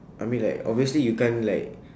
I mean like obviously you can't like